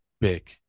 big